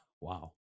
wow